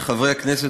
חברי הכנסת,